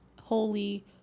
holy